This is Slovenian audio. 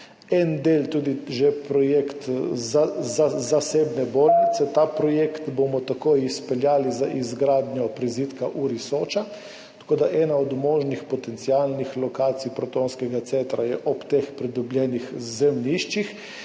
en del tudi že za projekt za zasebne bolnice. Ta projekt bomo tako izpeljali za izgradnjo prizidka URI Soča, tako da ena od možnih potencialnih lokacij protonskega centra je ob teh pridobljenih zemljiščih.